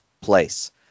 place